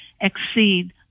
exceed